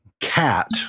Cat